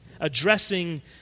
addressing